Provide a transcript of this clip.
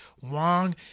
Wong